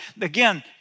again